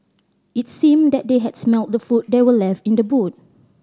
it seemed that they had smelt the food that were left in the boot